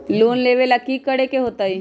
Loan लेवेला की करेके होतई?